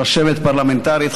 רשמת פרלמנטרית,